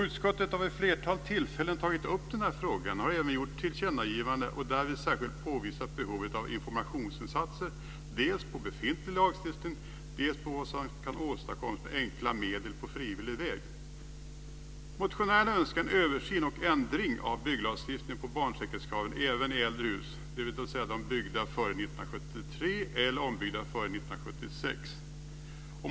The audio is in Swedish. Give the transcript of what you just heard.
Utskottet har vid ett flertal tillfällen haft uppe denna fråga och har även gjort tillkännagivande och därvid särskilt påvisat behovet av informationsinsatser dels vad gäller befintlig lagstiftning, dels om vad som kunde åstadkommas med enkla medel på frivillig väg. Motionärerna önskar en översyn och ändring av bygglagstiftningen vad gäller barnsäkerhetskraven i äldre hus, dvs. hus byggda före 1973 eller ombyggda före 1976.